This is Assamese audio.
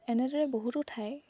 এনেদৰে বহুতো ঠাই